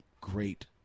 great